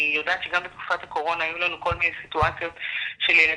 אני יודעת שגם בתקופת הקורונה היו לנו כל מיני סיטואציות של ילדים,